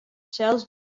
sels